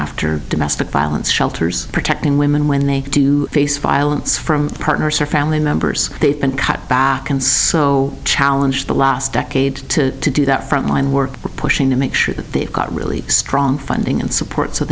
after domestic violence shelters protecting women when they do face violence from partners or family members they've been cut back and so challenge the last decade to do that frontline work pushing to make sure that they've got really strong funding and support so